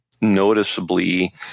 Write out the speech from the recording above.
noticeably